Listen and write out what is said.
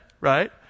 right